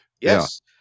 Yes